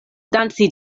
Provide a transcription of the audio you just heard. danci